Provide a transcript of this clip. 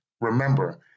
remember